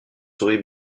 souris